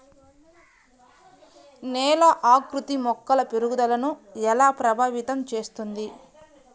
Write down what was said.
నేల ఆకృతి మొక్కల పెరుగుదలను ఎలా ప్రభావితం చేస్తుంది?